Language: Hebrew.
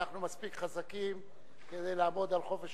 אנחנו מספיק חזקים כדי לעמוד על חופש